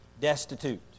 destitute